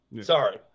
Sorry